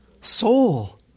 Soul